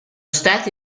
stati